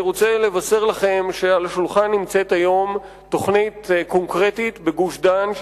אני רוצה לבשר לכם שעל השולחן נמצאת היום תוכנית קונקרטית בגוש-דן,